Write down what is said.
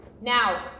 Now